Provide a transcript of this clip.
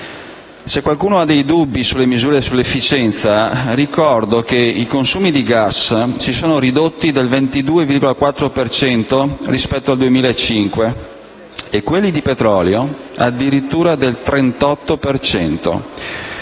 Se qualcuno ha dei dubbi sulle misure e sull'efficienza, ricordo che i consumi di gas si sono ridotti del 22,4 per cento rispetto al 2005, e quelli di petrolio addirittura del 38